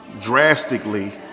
drastically